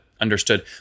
Understood